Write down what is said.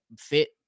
fit